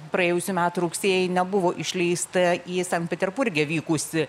praėjusių metų rugsėjį nebuvo išleista į sankt peterburge vykusį